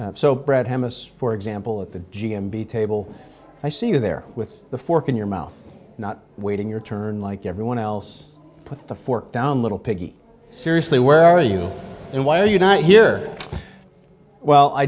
hemis for example at the g m b table i see you there with the fork in your mouth not waiting your turn like everyone else put the fork down little piggy seriously where are you and why are you not here well i